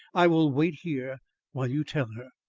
i will wait here while you tell her.